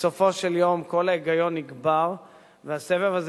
בסופו של יום קול ההיגיון יגבר והסבב הזה